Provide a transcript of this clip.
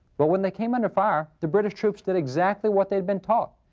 but when they came under fire, the british troops did exactly what they'd been taught.